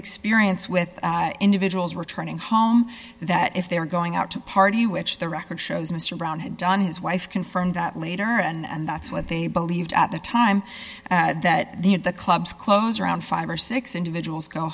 experience with individuals returning home that if they were going out to party which the record shows mr brown had done his wife confirmed that later and that's what they believed at the time that the at the clubs close around five or six individuals go